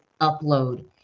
upload